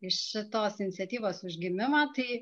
į šitos iniciatyvos užgimimą tai